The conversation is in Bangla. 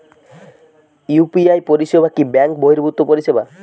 ইউ.পি.আই পরিসেবা কি ব্যাঙ্ক বর্হিভুত পরিসেবা?